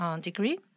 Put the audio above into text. degree